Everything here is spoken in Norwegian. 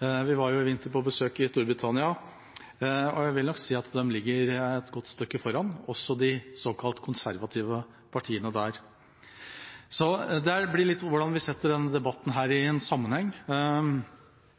Vi var i vinter på besøk i Storbritannia, og jeg vil nok si at de ligger et godt stykke foran, også de såkalte konservative partiene der. Så det kommer litt an på hvordan vi setter denne debatten i en sammenheng.